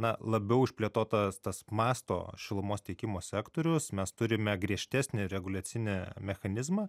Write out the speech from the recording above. na labiau išplėtotas tas masto šilumos tiekimo sektorius mes turime griežtesnį reguliacinį mechanizmą